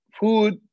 Food